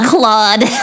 Claude